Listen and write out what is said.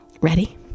Ready